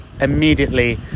immediately